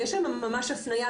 ויש שם ממש הפנייה,